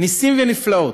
נסים ונפלאות,